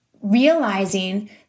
realizing